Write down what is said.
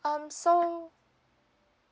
um so